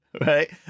Right